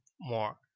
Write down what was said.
more